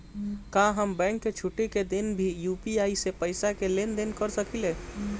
का हम बैंक के छुट्टी का दिन भी यू.पी.आई से पैसे का लेनदेन कर सकीले?